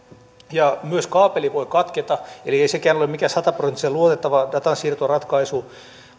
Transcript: myös kaapeli voi katketa eli ei sekään ole mikään sataprosenttisen luotettava datansiirtoratkaisu